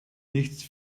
nicht